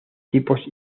tipos